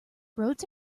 roads